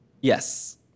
Yes